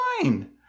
fine